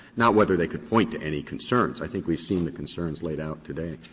not whether they could point to any concerns. i think we've seen the concerns laid out today.